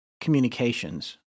communications